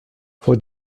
vor